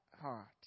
heart